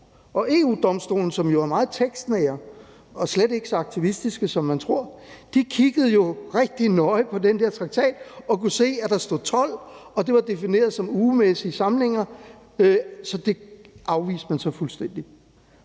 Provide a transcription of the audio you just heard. for EU-Domstolen, som jo er meget tekstnære og slet ikke så aktivistiske, som man tror. De kiggede rigtig nøje på den der traktat og kunne se, at der stod 12, og at det var defineret som ugemæssige samlinger, så det afviste man fuldstændig.